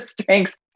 strengths